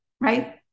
Right